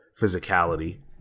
physicality